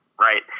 right